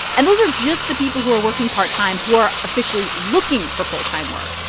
and those are just the people who are working part time who are officially looking for full-time work.